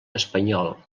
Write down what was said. espanyol